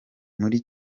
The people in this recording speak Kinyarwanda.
muri